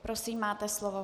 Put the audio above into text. Prosím, máte slovo.